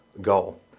goal